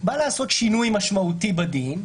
בא לעשות שינוי משמעותי בדין,